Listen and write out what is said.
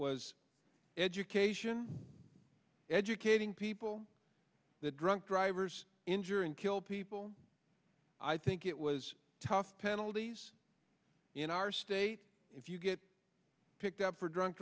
was education educating people the drunk drivers injure and kill people i think it was tough penalties in our state if you get picked up for drunk